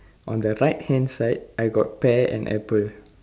on the right hand side I got pear and apple